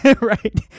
right